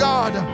God